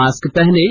mask पहनें